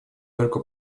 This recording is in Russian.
только